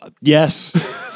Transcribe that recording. yes